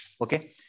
okay